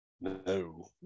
No